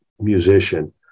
musician